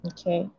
Okay